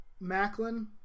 Macklin